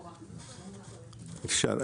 אפשר.